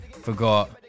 forgot